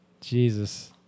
Jesus